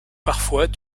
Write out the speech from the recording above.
parfois